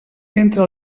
entre